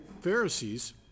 Pharisees